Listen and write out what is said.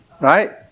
Right